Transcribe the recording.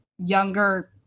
younger